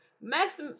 Max